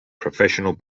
professional